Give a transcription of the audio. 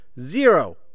zero